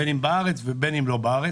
בין אם בארץ ובין אם לא בארץ,